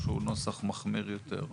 או שזה נוסח מחמיר יותר?